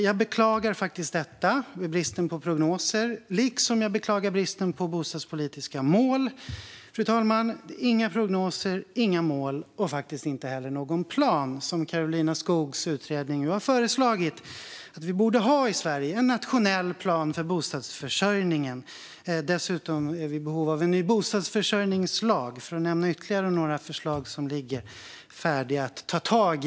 Jag beklagar faktiskt bristen på prognoser liksom jag beklagar bristen på bostadspolitiska mål. Fru talman! Det finns inga prognoser, inga mål och faktiskt inte heller någon plan. Det har Karolina Skogs utredning nu föreslagit att vi borde ha i Sverige: en nationell plan för bostadsförsörjningen. Dessutom är vi i behov av en ny bostadsförsörjningslag, för att nämna ytterligare ett förslag som ligger färdigt att ta tag i.